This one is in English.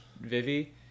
Vivi